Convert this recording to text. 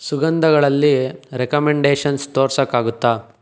ಸುಗಂಧಗಳಲ್ಲಿ recommendations ತೋರ್ಸೋಕ್ಕಾಗುತ್ತಾ